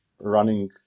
running